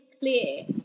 clear